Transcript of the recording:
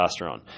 testosterone